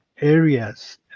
areas